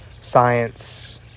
science